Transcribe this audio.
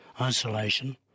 isolation